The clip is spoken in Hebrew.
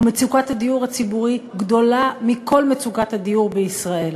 ומצוקת הדיור הציבורי גדולה מכל מצוקת הדיור בישראל.